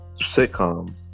Sitcom